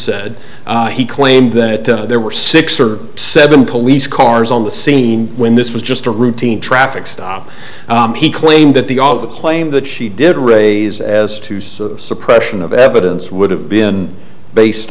said he claimed that there were six or seven police cars on the scene when this was just a routine traffic stop he claimed that the all the claim that she did raise as to suppression of evidence would have been based